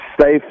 safe